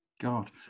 God